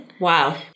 Wow